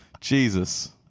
Jesus